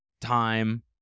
time